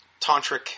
Tantric